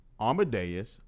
Amadeus